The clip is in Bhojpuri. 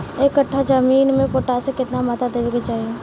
एक कट्ठा जमीन में पोटास के केतना मात्रा देवे के चाही?